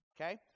Okay